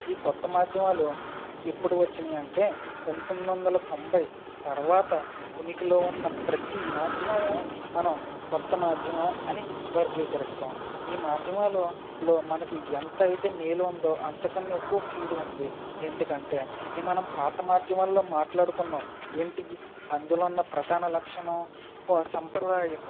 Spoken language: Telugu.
ఈ కొత్త మాధ్యమాలు ఎప్పుడు వచ్చినాయి అంటే పందొమ్మిది వందల తొంభై తర్వాత ఉనికిలో ఉన్న ప్రతి మాధ్యమము మనం కొత్త మాధ్యమం అని వర్గీకరిస్తాం ఈ మాధ్యమాలలో మనకి ఎంత అయితే మేలు ఉందో అంతకన్నా ఎక్కువ కీడు ఉంది ఎందుకంటే ఈ మనం పాత మాధ్యమాలో మాట్లాడుకున్నాం ఏంటి అందులో ఉన్న ప్రధాన లక్షణం సాంప్రదాయకత